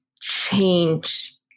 change